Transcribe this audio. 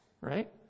right